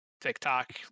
TikTok